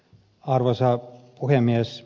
arvoisa puhemies